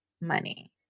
money